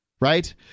Right